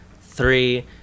three